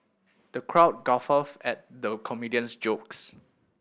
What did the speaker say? the crowd guffawed at the comedian's jokes